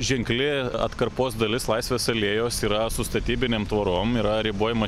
ženkli atkarpos dalis laisvės alėjos yra su statybinėm tvorom yra ribojamas